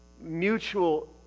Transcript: mutual